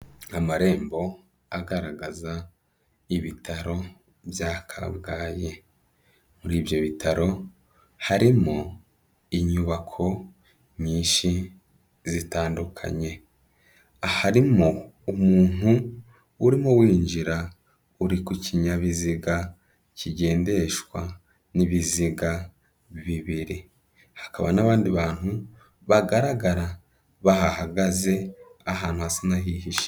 Amarembo agaragaza ibitaro bya Kabgayi, muri ibyo bitaro harimo inyubako nyinshi zitandukanye, harimo umuntu urimo winjira uri ku kinyabiziga kigendeshwa n'ibiziga bibiri, hakaba n'abandi bantu bagaragara bahagaze ahantu hasa n'ahihishe.